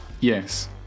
Yes